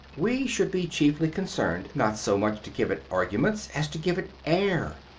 we should be chiefly concerned not so much to give it arguments as to give it air,